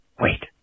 Wait